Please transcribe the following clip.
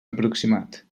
aproximat